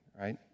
right